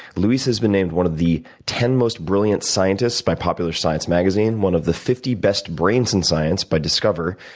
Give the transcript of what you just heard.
luis has been named one of the ten most brilliant scientists by popular science magazine one of the fifty best brains in and science by discover,